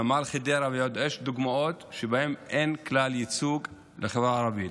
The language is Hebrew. נמל חדרה ויש עוד דוגמאות שבהן אין כלל ייצוג לחברה הערבית.